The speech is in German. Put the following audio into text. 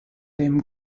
dem